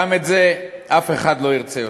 גם את זה אף אחד לא ירצה יותר"